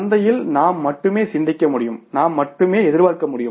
சந்தையில் நாம் மட்டுமே சிந்திக்க முடியும் நாம் மட்டுமே எதிர்பார்க்க முடியும்